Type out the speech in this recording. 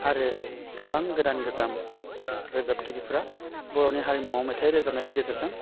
आरो गोबां गोदान गोजाम रोजा रोजाबगिराफोरा बर'नि हारिमुआव मेथाइ रोजाबनायनि गेजेरजों